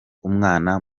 umwana